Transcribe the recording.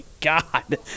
God